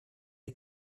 est